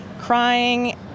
crying